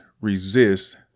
resist